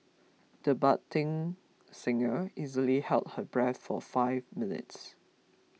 the budding singer easily held her breath for five minutes